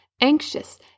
anxious